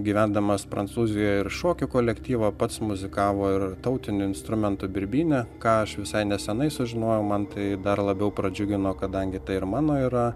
gyvendamas prancūzijoj ir šokių kolektyvą pats muzikavo ir tautiniu instrumentu birbyne ką aš visai nesenai sužinojau man tai dar labiau pradžiugino kadangi tai ir mano yra